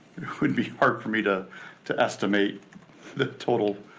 it would be hard for me to to estimate the total,